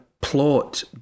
plot